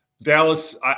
Dallas